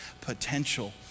potential